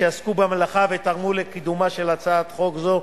שעסקו במלאכה ותרמו לקידומה של הצעת חוק זו.